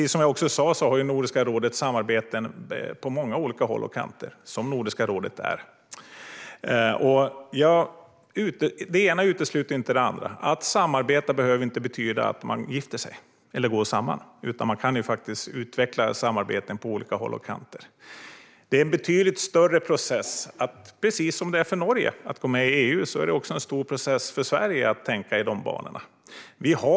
Som jag också sa har Nordiska rådet samarbeten på många olika håll och kanter, och det ena utesluter inte det andra. Att man samarbetar behöver inte betyda att man gifter sig eller går samman, utan man kan utveckla samarbeten på olika håll och kanter. Precis som det är för Norge att gå med i EU är det en stor process för Sverige att tänka i de banorna om Nato.